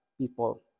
people